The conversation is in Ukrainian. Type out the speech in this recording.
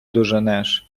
доженеш